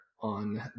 on